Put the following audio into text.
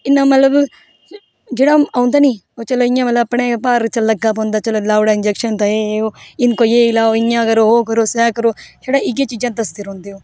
इन्ना मतलब जेह्ड़ा औंदा नी ओह् चलो इ'यां मतलब अपने गै भार च लग्गा पौंदा चलो लाई ओड़ो इंजैक्शन ते एह् ओह् इनको ये लाओ इ'यां करो ओह् करो सैन करो छड़ा इ'यै चीजां सदे रौंह्दे ओह्